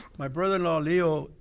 my brother-in-law leo,